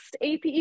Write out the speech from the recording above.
APE